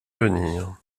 venir